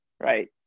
right